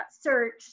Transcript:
search